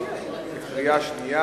2010. בבקשה,